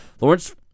Lawrence